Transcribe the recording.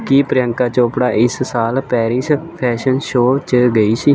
ਕੀ ਪ੍ਰਿਅੰਕਾ ਚੋਪੜਾ ਇਸ ਸਾਲ Paris fashion show 'ਚ ਗਈ ਸੀ